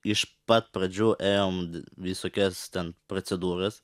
iš pat pradžių ėjom vi visokias ten procedūras